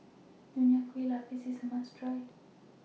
Nonya Kueh Lapis IS A must Try